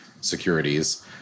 securities